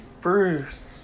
first